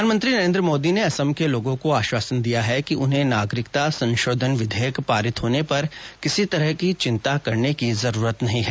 प्रधानमंत्री नरेन्द्र मोदी ने असम के लोगों को आश्वासन दिया है कि उन्हें नागरिकता संशोधन विधेयक पारित होने पर किसी तरह की चिंता करने की जरूरत नहीं है